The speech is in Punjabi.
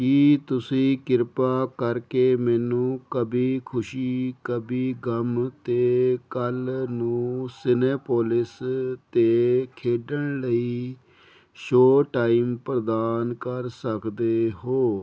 ਕੀ ਤੁਸੀਂ ਕਿਰਪਾ ਕਰਕੇ ਮੈਨੂੰ ਕਭੀ ਖ਼ੁਸ਼ੀ ਕਭੀ ਗਮ 'ਤੇ ਕੱਲ੍ਹ ਨੂੰ ਸਿਨੇਪੋਲਿਸ 'ਤੇ ਖੇਡਣ ਲਈ ਸ਼ੋਅ ਟਾਈਮ ਪ੍ਰਦਾਨ ਕਰ ਸਕਦੇ ਹੋ